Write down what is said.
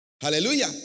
Hallelujah